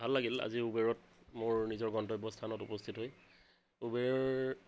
ভাল লাগিল আজি উবেৰত মোৰ নিজৰ গন্তব্য স্থানত উপস্থিত হৈ উবেৰ